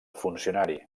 funcionari